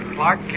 Clark